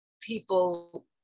people